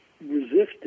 resisted